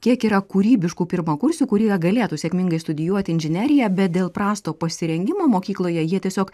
kiek yra kūrybiškų pirmakursių kurie galėtų sėkmingai studijuoti inžineriją bet dėl prasto pasirengimo mokykloje jie tiesiog